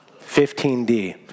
15D